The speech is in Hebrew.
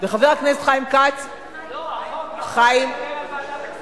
וחבר הכנסת חיים כץ, לא, החוק, בוועדת הכספים.